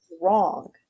wrong